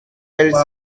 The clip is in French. elle